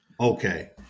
okay